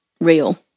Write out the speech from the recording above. real